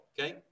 Okay